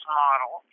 model